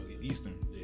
Eastern